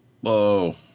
whoa